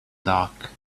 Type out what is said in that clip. dark